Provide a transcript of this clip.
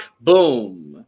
boom